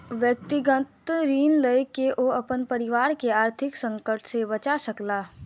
व्यक्तिगत ऋण लय के ओ अपन परिवार के आर्थिक संकट से बचा सकला